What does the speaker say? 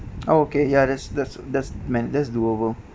okay ya that's that's that's man~ that's doable